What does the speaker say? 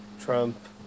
Trump